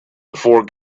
before